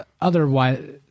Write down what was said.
otherwise